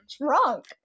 drunk